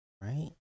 right